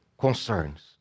concerns